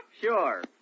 Sure